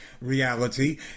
reality